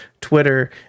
Twitter